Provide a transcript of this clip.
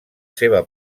seva